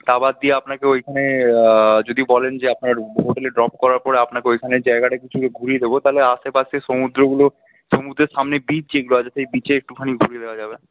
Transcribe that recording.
তা বাদ দিয়ে আপনাকে ঐখানে যদি বলেন যে আপনার হোটেলে ড্রপ করার পর আপনাকে ঐখানের জায়গাটা কিছু ঘুরিয়ে দেবো তাহলে আশেপাশের সমুদ্রগুলো সমুদ্রের সামনে বিচ কিংবা সেই বিচে একটুখানি ঘুরিয়ে দেওয়া যাবে